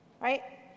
right